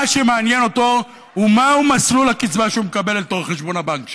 מה שמעניין אותו הוא מהו מסלול הקצבה שהוא מקבל לתוך חשבון הבנק שלו,